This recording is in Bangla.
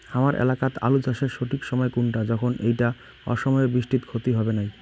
হামার এলাকাত আলু চাষের সঠিক সময় কুনটা যখন এইটা অসময়ের বৃষ্টিত ক্ষতি হবে নাই?